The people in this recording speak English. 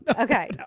Okay